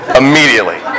immediately